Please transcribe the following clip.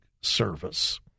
service